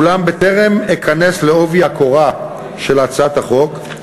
אולם בטרם אכנס בעובי הקורה של הצעת החוק,